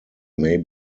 may